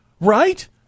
right